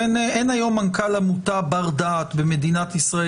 אין היום מנכ"ל עמותה בר דעת במדינת ישראל